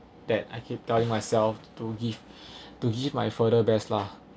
that I keep telling myself to give to give my further best lah